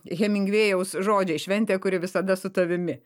hemingvėjaus žodžiai šventė kuri visada su tavimi